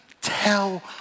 tell